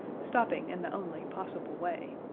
stopping in the only possible way,